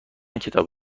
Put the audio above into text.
کتاب